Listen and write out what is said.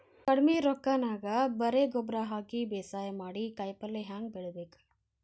ಕಡಿಮಿ ರೊಕ್ಕನ್ಯಾಗ ಬರೇ ಗೊಬ್ಬರ ಹಾಕಿ ಬೇಸಾಯ ಮಾಡಿ, ಕಾಯಿಪಲ್ಯ ಹ್ಯಾಂಗ್ ಬೆಳಿಬೇಕ್?